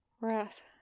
Breath